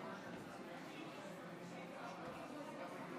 מכובדי היושב-ראש,